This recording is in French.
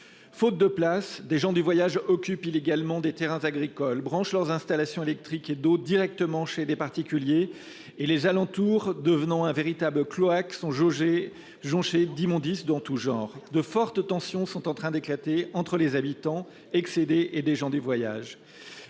Faute de places, des gens du voyage occupent illégalement des terrains agricoles, branchent leurs installations électriques et d'eau directement chez des particuliers, et les alentours, devenus un véritable cloaque, sont jonchés d'immondices en tout genre. De fortes tensions sont en train d'éclater entre les habitants excédés et des gens du voyage.